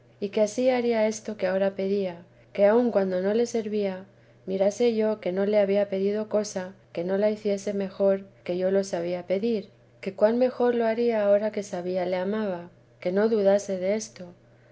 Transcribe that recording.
y que ansí haría esto que ahora pedía que aun cuándo no le servía mirase yo que no le había pedido cosa que no la hiciese mejor que yo lo sabía pedir que cuan mejor lo haría ahora que sabía le amaba que no dudase desto